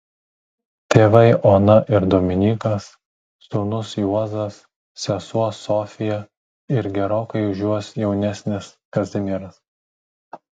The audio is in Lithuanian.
tėvai ona ir dominykas sūnus juozas sesuo sofija ir gerokai už juos jaunesnis kazimieras